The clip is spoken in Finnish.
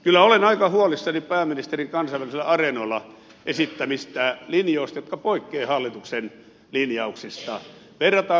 kyllä olen aika huolissani pääministerin kansainvälisillä areenoilla esittämistä linjoista jotka poikkeavat hallituksen linjauksista